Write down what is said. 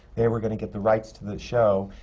they were going to get the rights to the show,